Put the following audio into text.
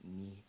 need